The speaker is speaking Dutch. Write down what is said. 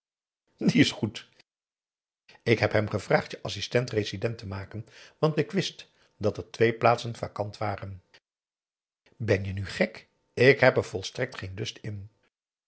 die is goed ik heb hem gevraagd je assistent-resident te maken want ik wist dat er twee plaatsen vacant waren ben je nu gek ik heb er volstrekt geen lust in